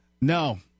No